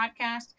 podcast